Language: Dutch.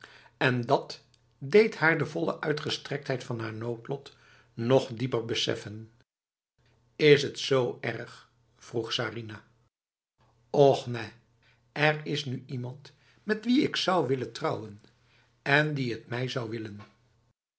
en dat deed haar de volle uitgestrektheid van haar noodlot nog dieper beseffen is het z erg vroeg sarinah och nèh er is nu iemand met wie ik zou willen trouwen en die het mij zou willen